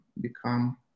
become